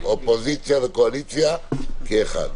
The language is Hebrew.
אופוזיציה וקואליציה כאחד,